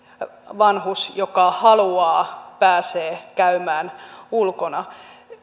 vanhus joka haluaa pääsee käymään ulkona